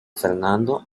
fernando